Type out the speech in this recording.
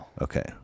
Okay